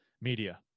media